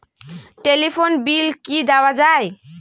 Telephone bill কি দেওয়া যায়?